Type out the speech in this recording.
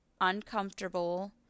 uncomfortable